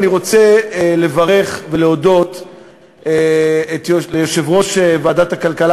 אני רוצה לברך ולהודות ליושב-ראש ועדת הכלכלה,